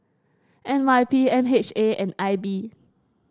N Y P M H A and I B